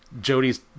Jody's